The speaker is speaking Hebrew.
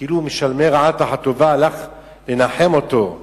כאילו משלמי רעה תחת טובה, הלך לנחם אותו.